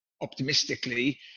optimistically